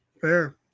Fair